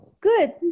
Good